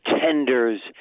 tenders